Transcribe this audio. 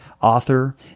author